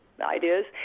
Ideas